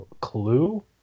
Clue